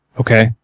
Okay